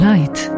Light